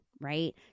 right